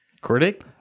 critic